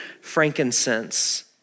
frankincense